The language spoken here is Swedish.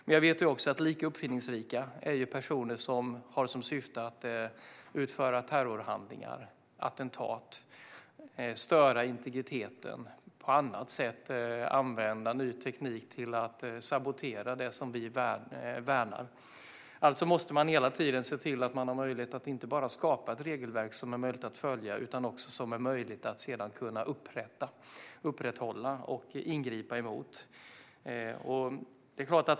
Men jag vet också att lika uppfinningsrika är personer som har som syfte att utföra terrorhandlingar och attentat, störa integriteten på annat sätt och använda ny teknik till att sabotera det som vi värnar. Alltså måste man hela tiden se till att man har möjlighet att inte bara skapa ett regelverk som är möjligt att följa utan som också är möjligt att sedan upprätthålla och som gör det möjligt att ingripa när det missbrukas.